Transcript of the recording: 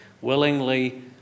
Willingly